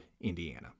Indiana